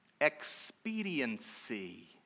expediency